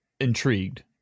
intrigued